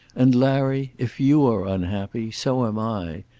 and, larry, if you are unhappy, so am i.